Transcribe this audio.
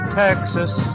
texas